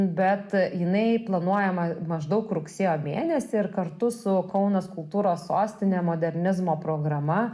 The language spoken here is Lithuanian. bet jinai planuojama maždaug rugsėjo mėnesį ir kartu su kaunas kultūros sostine modernizmo programa